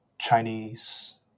Chinese